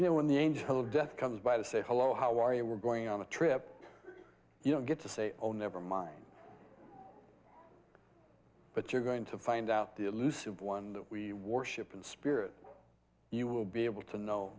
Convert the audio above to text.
you know when the angel of death comes by to say hello how are you we're going on a trip you don't get to say oh never mind but you're going to find out the elusive one that we worship in spirit you will be able to know